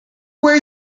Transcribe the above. where